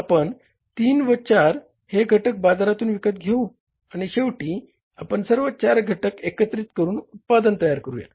आपण तीन व चार हे घटक बाजारातुन विकत घेऊ आणि शेवटी आपण सर्व चार घटक एकत्रित करून उत्पादन तयार करूया